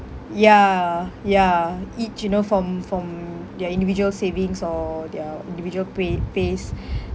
ya ya each you know from from their individual savings or their individual pay~ pays